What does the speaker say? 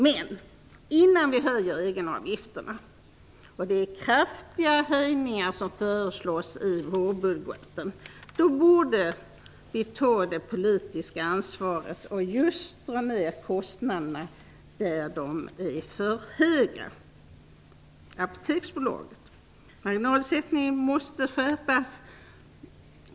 Men innan vi höjer egenavgifterna - och det är kraftiga höjningar som föreslås i vårbudgeten - borde vi ta det politiska ansvaret och dra ner kostnaderna just där de är för höga. Apoteksbolagets marginalsättning måste skärpas.